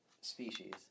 species